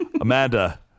Amanda